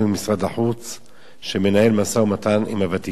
מנהל משא-ומתן עם הוותיקן להעביר לידו סמכות